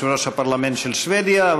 יושב-ראש הפרלמנט של שבדיה,